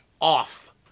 off